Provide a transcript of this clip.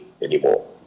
anymore